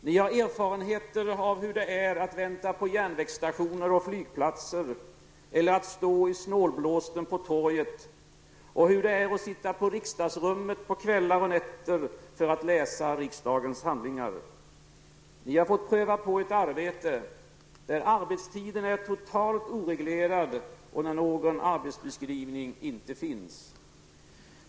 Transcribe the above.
Ni har erfarenheter av hur det är att vänta på järnvägsstationer och flygplatser eller att stå i snålblåsten på torget och hur det är att sitta på riksdagsrummet på kvällar och nätter för att läsa riksdagens handlingar. Ni har fått pröva på ett arbete, där arbetstiden är totalt oreglerad och där någon arbetsbeskrivning inte finns.